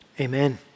amen